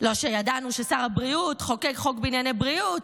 לא שידענו ששר הבריאות חוקק חוק בענייני בריאות,